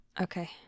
Okay